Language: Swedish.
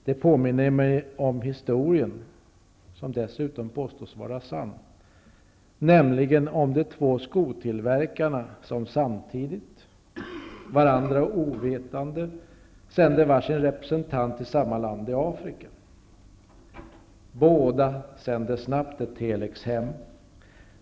Det påminner mig om en historia, som dessutom påstås vara sann, nämligen den om de två skotillverkarna som samtidigt, varandra ovetande, sände var sin representant till samma land i Afrika. Båda sände snabbt telex hem.